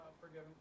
Forgiven